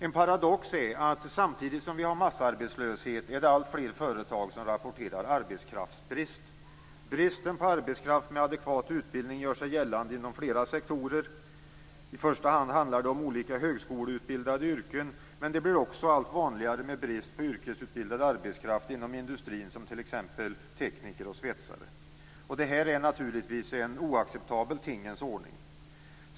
En paradox är att samtidigt som vi har massarbetslöshet är det alltfler företag som rapporterar arbetskraftsbrist. Bristen på arbetskraft med adekvat utbildning gör sig gällande inom flera sektorer. I första hand handlar det om olika yrken som förutsätter högskoleutbildning. Men det blir också allt vanligare med brist på yrkesutbildad arbetskraft inom industrin, som t.ex. tekniker och svetsare. Detta är en oacceptabel tingens ordning.